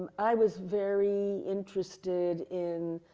i was very interested in,